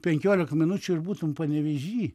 penkiolika minučių ir būtum panevėžy